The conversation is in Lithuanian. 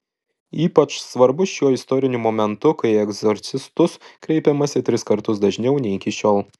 ypač svarbus šiuo istoriniu momentu kai į egzorcistus kreipiamasi tris kartus dažniau nei iki šiol